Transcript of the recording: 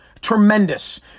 tremendous